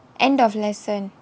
end of lesson